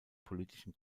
politischen